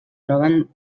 troben